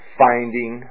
finding